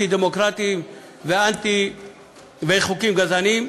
וחוקים גזעניים,